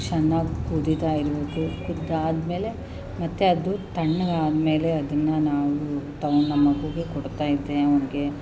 ಚೆನ್ನಾಗಿ ಕುದೀತಾ ಇರಬೇಕು ಕುದ್ದು ಆದಮೇಲೆ ಮತ್ತೆ ಅದು ತಣ್ಣಗೆ ಆದಮೇಲೆ ಅದನ್ನು ನಾವು ತಗೊಂಡು ನಮ್ಮ ಮಗುವಿಗೆ ಕೊಡ್ತಾಯಿದ್ದೆ ಅವ್ನಿಗೆ